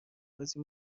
بازی